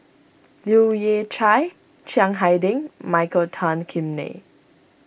Leu Yew Chye Chiang Hai Ding Michael Tan Kim Nei